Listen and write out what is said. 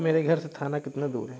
میرے گھر سے تھانہ کتنا دور ہے